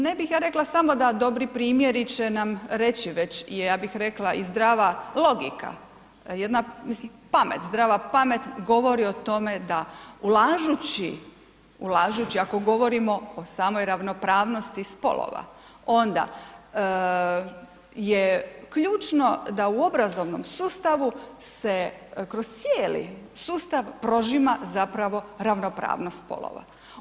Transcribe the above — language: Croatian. Ne bih ja rekla samo da dobri primjeri će nam reći već i ja bih rekla i zdrava logika, jedna mislim pamet, zdrava pamet govori o tome da ulažući, ulažući ako govorimo o samoj ravnopravnosti spolova onda je ključno da u obrazovnom sustavu se kroz cijeli sustav prožima zapravo ravnopravnost spolova.